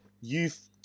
youth